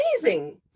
amazing